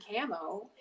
camo